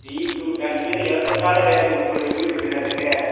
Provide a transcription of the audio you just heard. பீட்ரூட்டா நீங்கள் தான் எதை தொட்டாலும் ரேட்டு இப்படி சொல்றீக பீட்ரூட்டு என்ன ரேட்டு